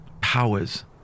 powers